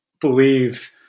believe